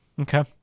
Okay